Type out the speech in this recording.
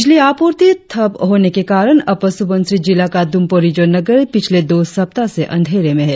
बिजली आपूर्ति ठप होने के कारण अपर सुबनसिरी जिला का द्रम्पोरिजो नगर पिछले दो सप्ताह से अंधेरे में है